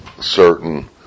certain